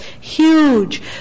huge